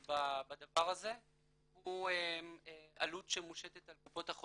בדבר הזה הוא עלות שמושטת על קופות החולים.